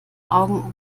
augen